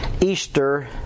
Easter